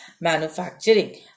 manufacturing